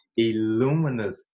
illuminous